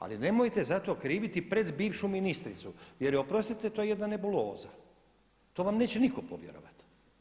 Ali nemojte zato kriviti pred bivšu ministricu jer je oprostite to jedna nebuloza, to vam neće nitko povjerovati.